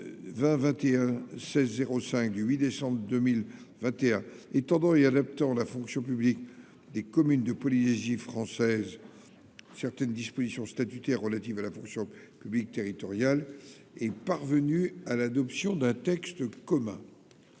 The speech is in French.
2021-1605 du 8 décembre 2021 étendant et adaptant à la fonction publique des communes de Polynésie française certaines dispositions statutaires relatives à la fonction publique territoriale est parvenue à l'adoption d'un texte commun.